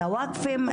על הוואקפים,